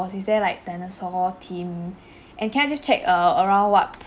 is there like dinosaur theme and can I just check err around what p~